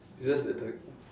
just that the